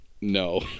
no